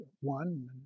One